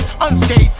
unscathed